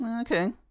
Okay